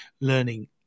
Learning